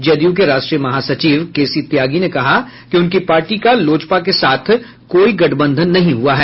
जदयू के राष्ट्रीय महासचिव के सी त्यागी ने कहा कि उनकी पार्टी का लोजपा के साथ कोई गठबंधन नहीं हुआ है